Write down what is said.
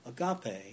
agape